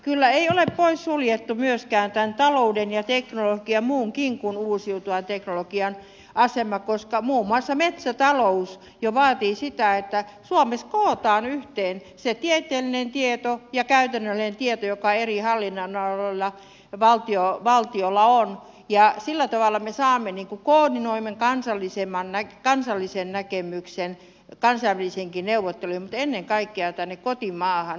kyllä ei ole poissuljettu myöskään tämän talouden ja teknologian muunkin kuin uusiutuvan teknologian asema koska muun muassa metsätalous jo vaatii sitä että suomessa kootaan yhteen se tieteellinen tieto ja käytännöllinen tieto joka eri hallinnonaloilla ja valtiolla on ja sillä tavalla me saamme koordinoidun kansallisen näkemyksen kansainvälisiinkin neuvotteluihin mutta ennen kaikkea tänne kotimaahan